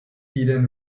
týden